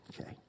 okay